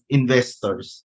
investors